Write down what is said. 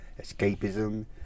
escapism